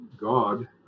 God